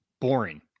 boring